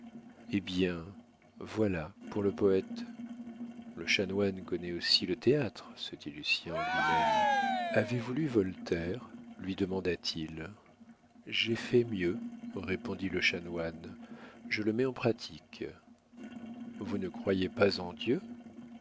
eh bien voilà pour le poète le chanoine connaît aussi le théâtre se dit lucien en lui-même avez-vous lu voltaire lui demanda-t-il j'ai fait mieux répondit le chanoine je le mets en pratique vous ne croyez pas en dieu